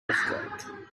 work